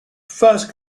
first